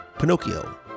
Pinocchio